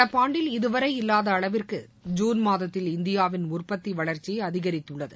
நடப்பு ஆண்டில் இதுவரை இல்லாத அளவிற்கு ஜூன் மாதத்தில் இந்தியாவின் உற்பத்தி வளர்ச்சி அதிகரித்துள்ளது